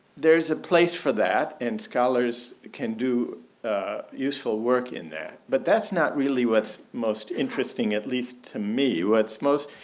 there is a place for that and scholars can do useful work in there. but that's not really what's most interesting at least to me. what's most,